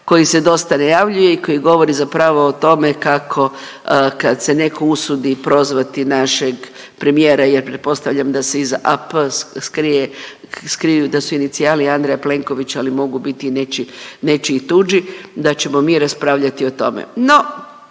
koji se dosta najavljuje i koji govori zapravo o tome kako kad se neko usudi prozvati našeg premijera jer pretpostavljam da se iza AP skrije, skriju, da su inicijali Andreja Plenkovića, ali mogu biti i nečiji, nečiji tuđi, da ćemo mi raspravljati o tome.